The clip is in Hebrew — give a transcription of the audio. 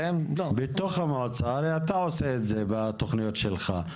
בתוך המועצה, הרי אתה עושה את זה בתוכניות שלך.